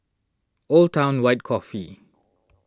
Old Town White Coffee